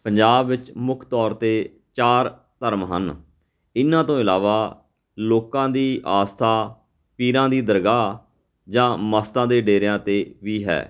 ਪੰਜਾਬ ਵਿੱਚ ਮੁੱਖ ਤੌਰ 'ਤੇ ਚਾਰ ਧਰਮ ਹਨ ਇਹਨਾਂ ਤੋਂ ਇਲਾਵਾ ਲੋਕਾਂ ਦੀ ਆਸਥਾ ਪੀਰਾਂ ਦੀ ਦਰਗਾਹ ਜਾਂ ਮਸਤਾਂ ਦੇ ਡੇਰਿਆਂ 'ਤੇ ਵੀ ਹੈ